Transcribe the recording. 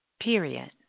Period